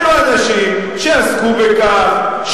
הם האנשים שעסקו בכך,